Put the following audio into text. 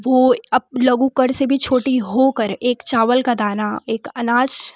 वो अप लघुकर से भी छोटी होकर एक चावल का दाना एक अनाज